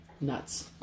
nuts